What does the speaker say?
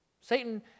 Satan